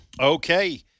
Okay